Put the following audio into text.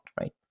right